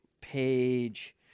page